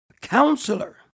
Counselor